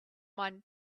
mind